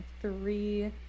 three